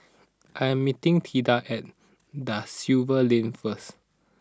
I am meeting Tilda at Da Silva Lane first